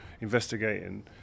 investigating